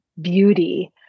beauty